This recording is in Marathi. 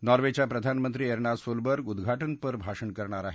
नार्वेच्या प्रधानमंत्री एर्ना सोलबर्ग उद्घाटनपर भाषण करणार आहेत